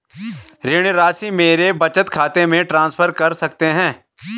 ऋण राशि मेरे बचत खाते में ट्रांसफर कर सकते हैं?